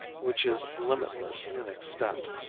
which is limitless in extent,